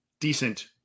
decent